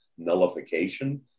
nullification